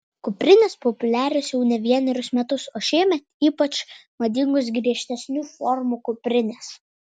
kuprinės populiarios jau ne vienerius metus o šiemet ypač madingos griežtesnių formų kuprinės